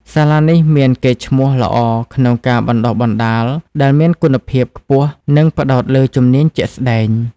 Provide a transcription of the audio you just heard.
សាលានេះមានកេរ្តិ៍ឈ្មោះល្អក្នុងការបណ្តុះបណ្តាលដែលមានគុណភាពខ្ពស់និងផ្តោតលើជំនាញជាក់ស្តែង។